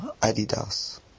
Adidas